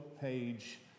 page